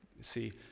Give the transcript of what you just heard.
See